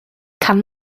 kann